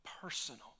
personal